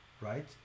right